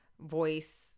voice